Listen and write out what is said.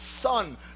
Son